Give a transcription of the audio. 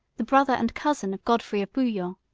the brother and cousin of godfrey of bouillon,